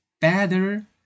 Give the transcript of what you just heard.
better